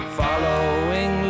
following